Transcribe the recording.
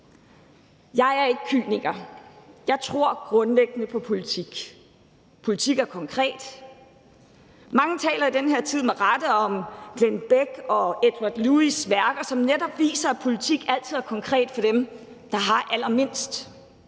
Jeg er ikke kyniker. Jeg tror grundlæggende på politik. Politik er konkret. Mange taler i den her tid med rette om Glenn Bechs og Édouard Louis' værker, som netop viser, at politik altid er konkret for dem, der har allermindst.